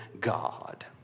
God